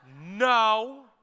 no